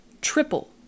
triple